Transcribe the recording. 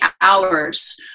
hours